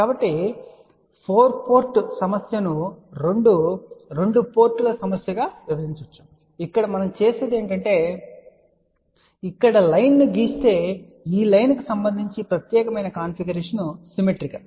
కాబట్టి ఈ 4 పోర్ట్ సమస్యను రెండు 2 పోర్టుల సమస్యగా విభజించవచ్చు ఇక్కడ మనం చేసేది ఏమిటంటే మనం ఇక్కడ లైన్ ను గీస్తే ఈ లైన్ కు సంబంధించి ఈ ప్రత్యేకమైన కాన్ఫిగరేషన్ సిమెట్రికల్